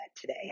today